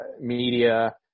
media